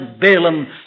Balaam